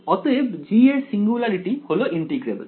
অতএব g এর singularity হল ইন্টিগ্রেবেল